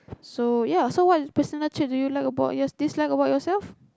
so ya so what personal trait do you like dislike about yourself